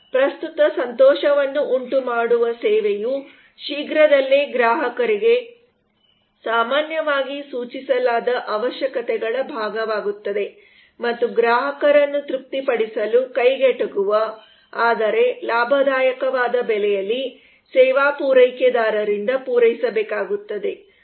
ಆದ್ದರಿಂದ ಪ್ರಸ್ತುತ ಸಂತೋಷವನ್ನು ಉಂಟುಮಾಡುವ ಸೇವೆಯು ಶೀಘ್ರದಲ್ಲೇ ಗ್ರಾಹಕರಿಗೆ ಸಾಮಾನ್ಯವಾಗಿ ಸೂಚಿಸಲಾದ ಅವಶ್ಯಕತೆಗಳ ಭಾಗವಾಗುತ್ತದೆ ಮತ್ತು ಗ್ರಾಹಕರನ್ನು ತೃಪ್ತಿಪಡಿಸಲು ಕೈಗೆಟುಕುವ ಆದರೆ ಲಾಭದಾಯಕವಾದ ಬೆಲೆಯಲ್ಲಿ ಸೇವಾ ಪೂರೈಕೆದಾರರಿಂದ ಪೂರೈಸಬೇಕಾಗುತ್ತದೆ